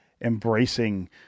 embracing